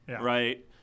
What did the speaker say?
right